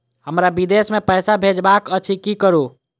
हमरा विदेश मे पैसा भेजबाक अछि की करू?